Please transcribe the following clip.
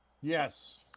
Yes